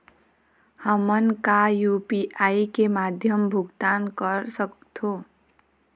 हमन का यू.पी.आई के माध्यम भुगतान कर सकथों?